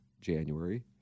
january